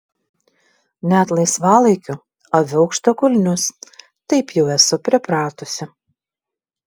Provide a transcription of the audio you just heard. net laisvalaikiu aviu aukštakulnius taip jau esu pripratusi